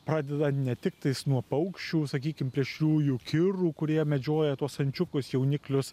pradedant ne tik tais nuo paukščių sakykim plėšriųjų kirų kurie medžioja tuos ančiukus jauniklius